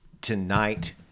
tonight